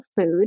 food